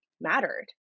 mattered